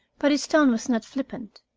but his tone was not flippant.